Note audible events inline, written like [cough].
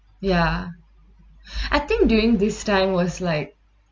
ya [breath] I think during this time was like